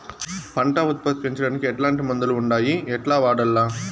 పంట ఉత్పత్తి పెంచడానికి ఎట్లాంటి మందులు ఉండాయి ఎట్లా వాడల్ల?